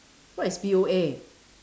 what is P_O_A